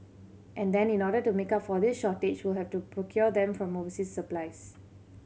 and then in order to make up for this shortage we'll have to procure them from overseas suppliers